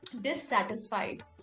dissatisfied